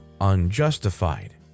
unjustified